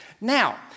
Now